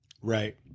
Right